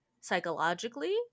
psychologically